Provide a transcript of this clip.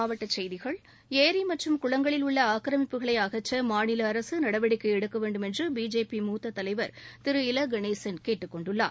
மாவட்டச் செய்திகள் ஏரி மற்றும் குளங்களில் உள்ள ஆக்கிரமிப்புகளை அகற்ற மாநில அரசு நடவடிக்கை எடுக்க வேண்டும் பிஜேபி என்று தலைவர் முத்த திரு இல கணேசன் கேட்டுக் கொண்டுள்ளார்